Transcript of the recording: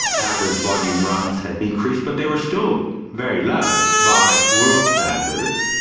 average volume runs had increased, but they were still very low by world standards.